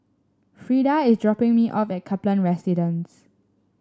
Frida is dropping me off at Kaplan Residence